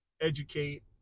educate